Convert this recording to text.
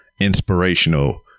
inspirational